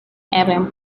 albion